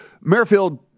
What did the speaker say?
Merrifield